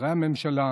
שרי הממשלה,